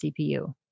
CPU